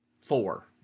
Four